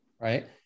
Right